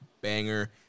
banger